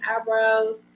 eyebrows